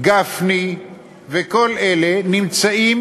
גפני וכל אלה נמצאים